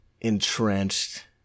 entrenched